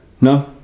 No